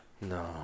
no